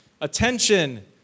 attention